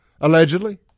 allegedly